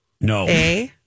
No